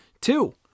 Two